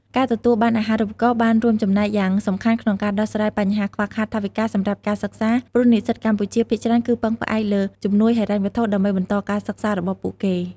ការទទួលបានអាហារូបករណ៍បានរួមចំណែកយ៉ាងសំខាន់ក្នុងការដោះស្រាយបញ្ហាខ្វះខាតថវិកាសម្រាប់ការសិក្សា ព្រោះនិស្សិតកម្ពុជាភាគច្រើនគឺពឹងផ្អែកលើជំនួយហិរញ្ញវត្ថុដើម្បីបន្តការសិក្សារបស់ពួកគេ។